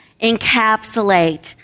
encapsulate